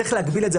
צריך להגביל את זה.